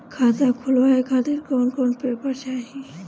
खाता खुलवाए खातिर कौन कौन पेपर चाहीं?